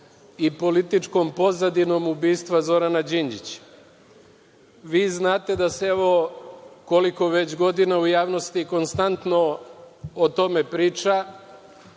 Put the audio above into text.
i političkom pozadinom ubistva Zorana Đinđića. Vi znate, da se, koliko godina već u javnosti konstantno o tome priča,